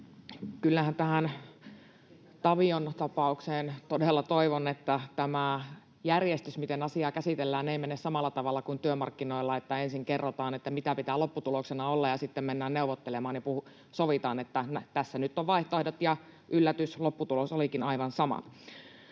Kyllähän tähän Tavion tapaukseen todella toivon, että tämä järjestys, miten asiaa käsitellään, ei mene samalla tavalla kuin työmarkkinoilla, että ensin kerrotaan, mitä pitää lopputuloksena olla, ja sitten mennään neuvottelemaan ja sovitaan, että tässä nyt ovat vaihtoehdot, ja yllätys, lopputulos olikin aivan sama.